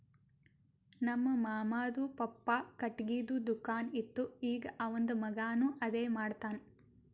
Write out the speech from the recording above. ನಮ್ ಮಾಮಾದು ಪಪ್ಪಾ ಖಟ್ಗಿದು ದುಕಾನ್ ಇತ್ತು ಈಗ್ ಅವಂದ್ ಮಗಾನು ಅದೇ ಮಾಡ್ತಾನ್